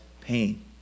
pain